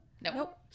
Nope